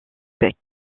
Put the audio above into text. bec